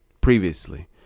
previously